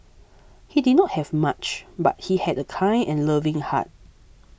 he did not have much but he had a kind and loving heart